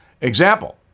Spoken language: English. Example